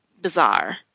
bizarre